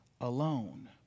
alone